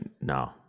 No